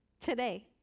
today